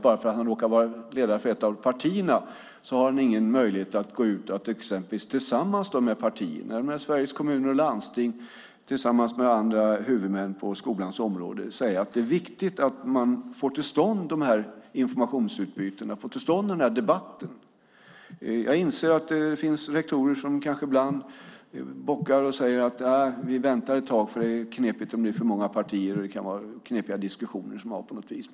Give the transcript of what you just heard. Även om han råkar vara ledare för ett av partierna har han möjlighet att gå ut tillsammans med exempelvis partierna, Sveriges Kommuner och Landsting och andra huvudmän på skolans område och säga att det är viktigt att man får till stånd de här informationsutbytena och den här debatten. Jag inser att det finns rektorer som bockar och säger: Vi väntar ett tag. Det är knepigt. Det blir för många partier, och det kan bli knepiga diskussioner på något vis.